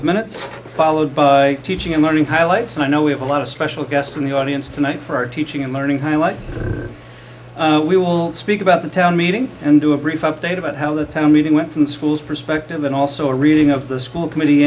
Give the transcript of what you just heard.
of minutes followed by teaching and learning highlights and i know we have a lot of special guests in the audience tonight for our teaching and learning highlights we will speak about the town meeting and do a brief update about how the town meeting went from the school's perspective and also a reading of the school committee